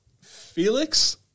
Felix